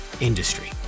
industry